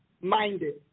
minded